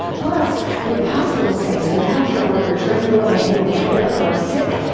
plus we have hospital space, we have healthcare workers ready, willing and able to care for our sick.